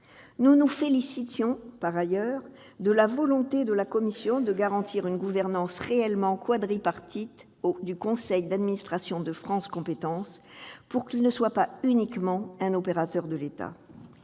Nous nous félicitions, par ailleurs, de la volonté de la commission de garantir une gouvernance réellement quadripartite du conseil d'administration de France compétences, pour que cet organisme ne soit pas uniquement un opérateur de l'État.